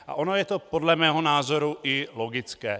A ono je to podle mého názoru i logické.